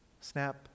Snap